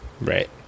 right